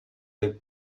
del